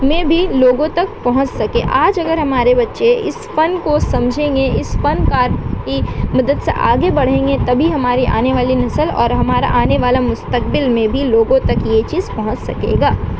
میں بھی لوگوں تک پہنچ سکے آج اگر ہمارے بچے اس فن کو سمجھیں گے اس فن کار کی مدد سے آگے بڑھیں گے تبھی ہماری آنے والی نسل اور ہمارا آنے والا مستقبل میں بھی لوگوں تک یہ چیز پہنچ سکے گا